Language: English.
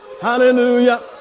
Hallelujah